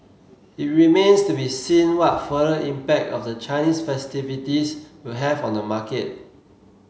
it remains to be seen what further impact of the Chinese festivities will have on the market